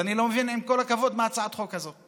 אז אני לא מבין, עם כל הכבוד, מה הצעת החוק הזאת.